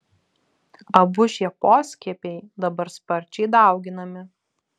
abu šie poskiepiai dabar sparčiai dauginami